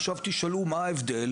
עכשיו תשאלו: מה ההבדל?